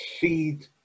feed